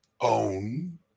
own